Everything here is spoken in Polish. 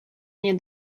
nie